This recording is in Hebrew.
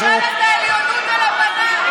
ממשלת העליונות הלבנה.